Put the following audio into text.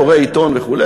קורא עיתון וכו'.